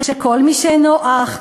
של כל מי שאינו "אח",